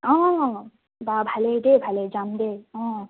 অঁ বা ভালেই দে ভালেই যাম দেই অঁ